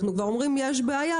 אנחנו כבר אומרים שיש בעיה,